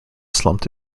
slumped